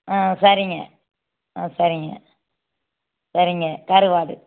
ஆ சரிங்க ஆ சரிங்க சரிங்க கருவாடு